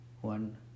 One